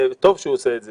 וטוב שהוא עושה את זה,